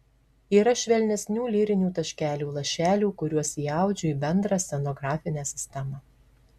yra švelnesnių lyrinių taškelių lašelių kuriuos įaudžiu į bendrą scenografinę sistemą